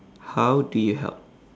how do you help